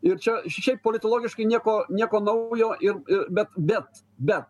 ir čia šiaip politologiškai nieko nieko naujo ir bet bet bet